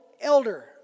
elder